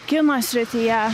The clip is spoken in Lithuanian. kino srityje